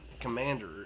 Commander